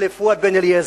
או לפואד בן-אליעזר.